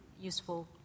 useful